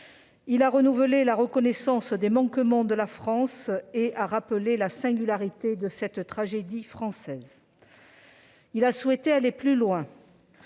Il a renouvelé la reconnaissance des manquements de la France et a rappelé la singularité de cette tragédie française. Il a souhaité aller plus loin-